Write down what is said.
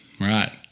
right